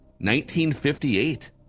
1958